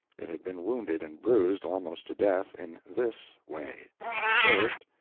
it had been wounded and bruised almost to death in this way first.